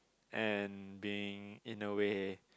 and being in a way